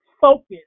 focus